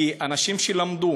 כי אנשים שלמדו